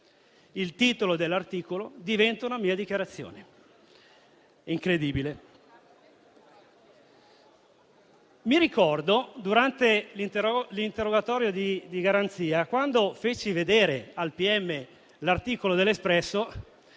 Il titolo dell'articolo diventa una mia dichiarazione: incredibile. Ricordo che, durante l'interrogatorio di garanzia, quando feci vedere al pubblico ministero l'articolo dell'Espresso,